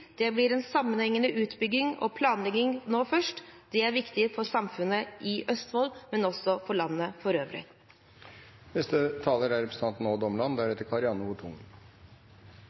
Det blir en sammenhengende utbygging og planlegging. Det er viktig for samfunnet i Østfold, men også for landet for øvrig. Arbeid er